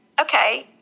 okay